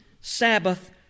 Sabbath